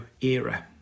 era